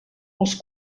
els